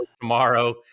tomorrow